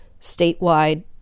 statewide